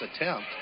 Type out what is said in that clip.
attempt